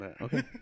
Okay